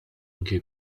anche